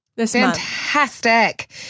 Fantastic